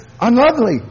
unlovely